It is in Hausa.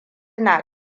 na